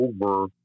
over